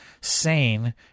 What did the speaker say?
sane